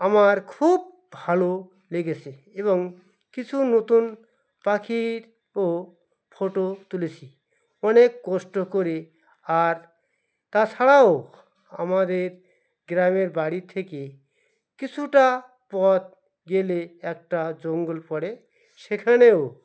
আমার খুব ভালো লেগেছে এবং কিছু নতুন পাখির ও ফটো তুলেছি অনেক কষ্ট করে আর তাছাড়াও আমাদের গ্রামের বাড়ির থেকে কিছুটা পথ গেলে একটা জঙ্গল পড়ে সেখানেও